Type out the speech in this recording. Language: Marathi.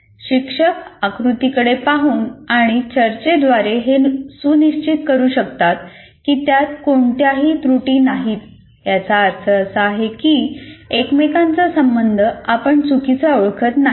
शिक्षक आकृतीकडे पाहून आणि चर्चेद्वारे हे सुनिश्चित करू शकतात की त्यात कोणत्याही त्रुटी नाहीत याचा अर्थ असा की एकमेकांचा संबंध आपण चुकीचा ओळखत नाही